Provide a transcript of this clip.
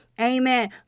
amen